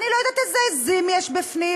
אני לא יודעת איזה עזים יש בפנים,